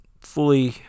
fully